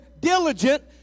diligent